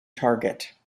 target